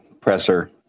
presser